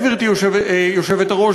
גברתי היושבת-ראש,